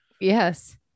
Yes